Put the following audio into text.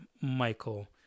Michael